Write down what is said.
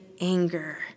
anger